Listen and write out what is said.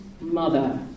mother